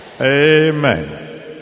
Amen